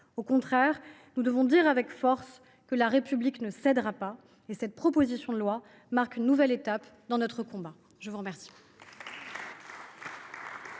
Au contraire, nous devons dire avec force que la République ne cédera pas. Cette proposition de loi marque une nouvelle étape dans notre combat. La parole